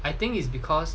I think is because